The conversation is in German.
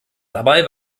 dabei